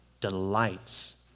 delights